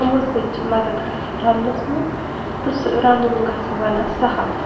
یِمو سۭتۍ چھِ مَدَتھ گژھان رَننَس منٛز تہٕ سُہ رَنُن گژھان مطلب سَہَل